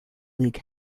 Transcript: league